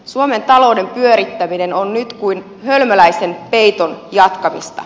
suomen talouden pyörittäminen on nyt kuin hölmöläisen peiton jatkamista